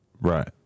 Right